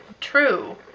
true